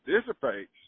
dissipates